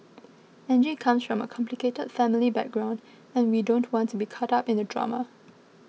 Angie comes from a complicated family background and we don't want to be caught up in the drama